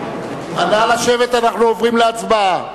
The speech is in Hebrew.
אנחנו עוברים להצבעה.